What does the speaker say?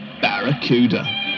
barracuda